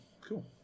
cool